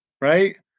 right